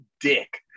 dick